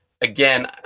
again